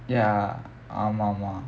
ya ஆமா:aamaa mah